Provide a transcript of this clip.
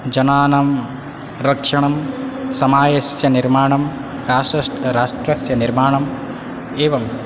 जनानां रक्षणं समाजस्य निर्माणं राषस् राष्ट्रस्य निर्माणम् एवं